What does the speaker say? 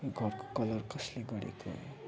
घरको कलर कसले गरेको